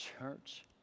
church